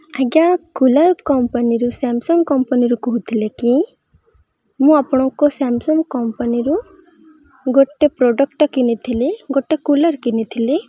ଆଜ୍ଞା କୁଲର୍ କମ୍ପାନୀରୁ ସାମ୍ସଙ୍ଗ୍ କମ୍ପାନୀରୁ କହୁଥିଲେ କି ମୁଁ ଆପଣଙ୍କ ସାମ୍ସଙ୍ଗ୍ କମ୍ପାନୀରୁ ଗୋଟେ ପ୍ରଡ଼କ୍ଟଟେ କିଣିଥିଲି ଗୋଟେ କୁଲର୍ କିଣିଥିଲି